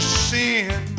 sin